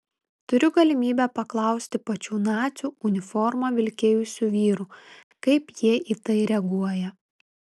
turiu galimybę paklausti pačių nacių uniformą vilkėjusių vyrų kaip jie į tai reaguoja